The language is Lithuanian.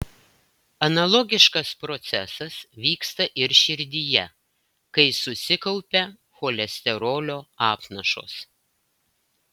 analogiškas procesas vyksta ir širdyje kai susikaupia cholesterolio apnašos